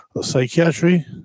psychiatry